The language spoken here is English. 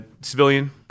Civilian